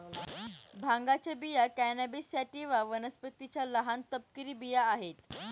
भांगाच्या बिया cannabis sativa वनस्पतीच्या लहान, तपकिरी बिया आहेत